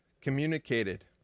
communicated